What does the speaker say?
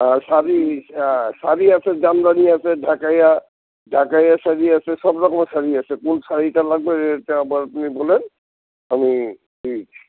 আর শাড়ি শাড়ি আছে জামদানি আছে ঢাকাইয়া ঢাকাই শাড়ি আছে সব রকমের শাড়ি আছে কোন শাড়িটা লাগবে এটা এবার আপনি বলেন আমি দিয়ে দিচ্ছি